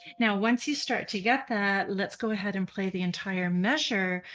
now once you start to get that let's go ahead and play the entire measure,